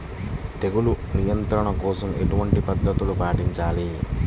తెగులు నియంత్రణ కోసం ఎలాంటి పద్ధతులు పాటించాలి?